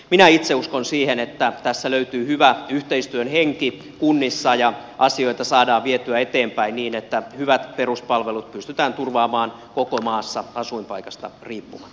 minä itse uskon siihen että tässä löytyy hyvä yhteistyön henki kunnissa ja asioita saadaan vietyä eteenpäin niin että hyvät peruspalvelut pystytään turvaamaan koko maassa asuinpaikasta riippumatta